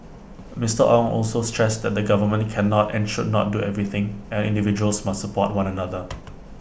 Mister Ong also stressed that the government cannot and should not do everything and individuals must support one another